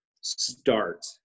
start